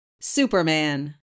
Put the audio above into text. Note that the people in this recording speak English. Superman